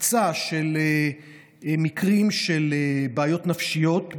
קפיצה של מקרים של בעיות נפשיות,